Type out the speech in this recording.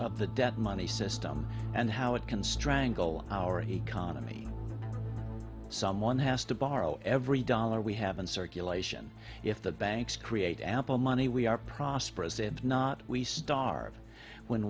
of the debt money system and how it can strangle our economy someone has to borrow every dollar we have in circulation if the banks create ample money we are prosperous if not we starve when